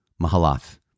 Mahalath